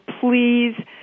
please